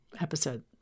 episode